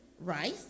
Rice